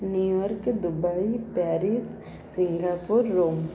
New York Dubai Paris Singapore Rome